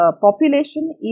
population